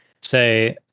say